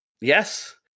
Yes